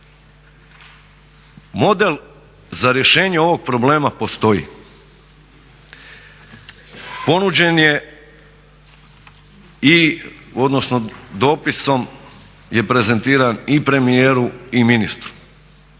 Model za rješenje ovog problema postoji. Ponuđen je i odnosno dopisom je prezentiran i premijeru i ministru,